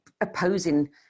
opposing